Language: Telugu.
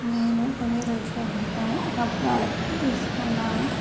నేను కొన్ని రోజుల క్రితము ఒక ప్రాడక్టు తీసుకున్నాను